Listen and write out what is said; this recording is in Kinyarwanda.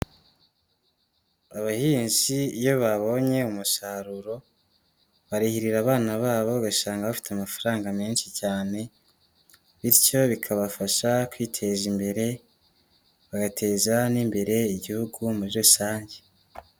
Abahinzi iyo babonye umusaruro, barihirira abana babo, ugasanga bafite amafaranga menshi cyane, bityo bikabafasha kwiteza imbere, bagateza n'imbere igihugu muri rusange.